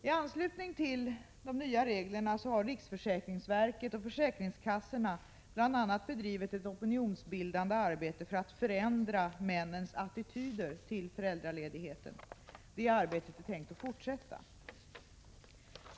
I anslutning till de nya reglerna har riksförsäkringsverket och försäkringskassorna bl.a. bedrivit ett opinionsbildande arbete för att förändra männens attityder till föräldraledighet. Det är tänkt att det arbetet skall fortsätta.